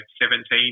17